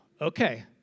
Okay